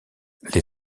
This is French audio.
les